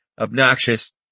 obnoxious